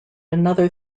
another